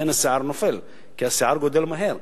לכן השיער נופל, כי השיער גדל מהר.